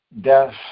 death